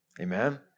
Amen